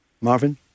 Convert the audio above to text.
Marvin